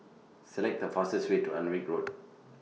Select The fastest Way to Alnwick Road